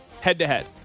head-to-head